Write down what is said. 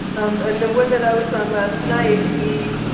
um and the one that i was on last night he